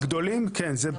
בגדולים כן.